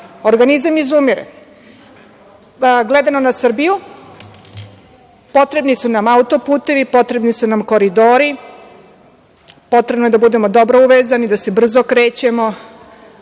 organizam izumire. Gledano na Srbiju potrebni su nam autoputevi, potrebni su nam koridori, potrebno je da budemo dobro uvezani, da se brzo krećemo.